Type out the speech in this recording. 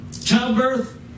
childbirth